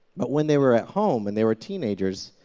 but when they were at home and they were teenagers,